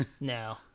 No